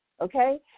okay